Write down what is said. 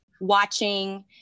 Watching